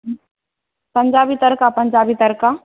हूँ पञ्जाबी तड़का पञ्जाबी तड़का